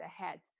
ahead